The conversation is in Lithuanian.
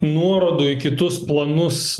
nuorodų į kitus planus